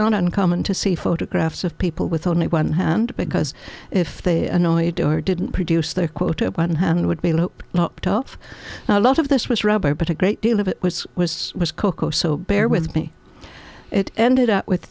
not uncommon to see photographs of people with only one hand because if they annoyed or didn't produce their quota of one hand it would be looked locked off a lot of this was robbery but a great deal of it was was was cocoa so bear with me it ended up with